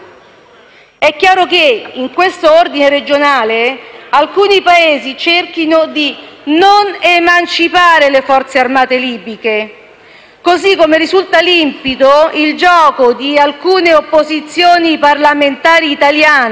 È chiaro che, in questo ordine regionale, alcuni Paesi cerchino di non emancipare le Forze armate libiche, così come risulta limpido il gioco di alcune opposizioni parlamentari italiane